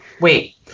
Wait